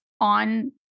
on